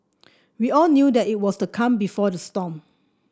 we all knew that it was the calm before the storm